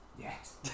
yes